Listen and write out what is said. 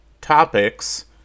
topics